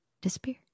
disappear